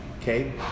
okay